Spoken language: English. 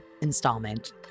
installment